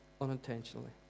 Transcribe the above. unintentionally